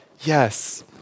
yes